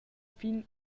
fin